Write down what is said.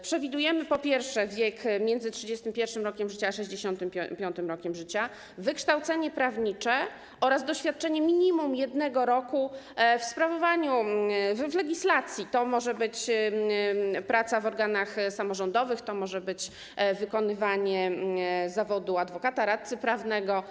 Przewidujemy, po pierwsze, wiek między 31. rokiem życia a 65. rokiem życia, wykształcenie prawnicze oraz doświadczenie minimum 1 roku w zakresie legislacji - to może być praca w organach samorządowych, to może być wykonywanie zawodu adwokata, radcy prawnego.